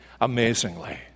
amazingly